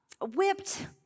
whipped